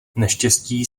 neštěstí